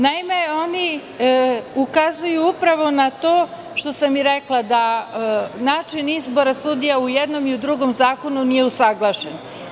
Naime, oni ukazuju upravo na to što sam i rekla da način izbora sudija i u jednom i u drugom zakonu nije usaglašen.